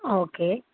okay